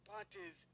Parties